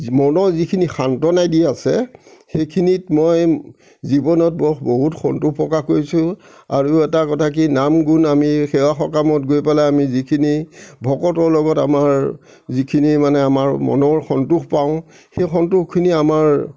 যি মনৰ যিখিনি সান্ত্বনা দি আছে সেইখিনিত মই জীৱনত বহুত সন্তোষ প্ৰকাশ কৰিছোঁ আৰু এটা কথা কি নাম গুণ আমি সেৱা সকামত গৈ পেলাই আমি যিখিনি ভকতৰ লগত আমাৰ যিখিনি মানে আমাৰ মনৰ সন্তোষ পাওঁ সেই সন্তোষখিনি আমাৰ